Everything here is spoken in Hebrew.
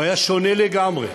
הוא היה שונה לגמרי.